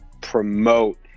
promote